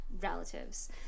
relatives